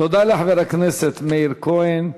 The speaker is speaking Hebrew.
תודה לחבר הכנסת מאיר כהן.